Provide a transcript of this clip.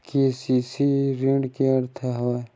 KCC ऋण के का अर्थ हवय?